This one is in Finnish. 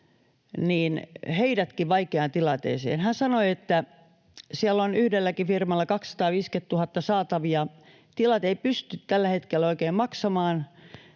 tiloilla — vaikeaan tilanteeseen. Hän sanoi, että siellä on yhdelläkin firmalla 250 000 saatavia. Kun tilat eivät pysty tällä hetkellä oikein maksamaan,